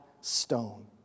stone